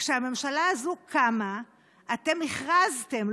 כשהממשלה הזו קמה אתם הכרזתם,